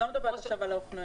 את לא מדברת עכשיו על אופנועים.